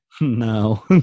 No